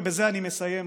ובזה אני מסיים,